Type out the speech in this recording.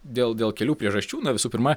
dėl dėl kelių priežasčių na visų pirma